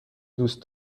دوست